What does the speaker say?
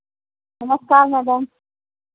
नमस्कार मैडम